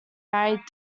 married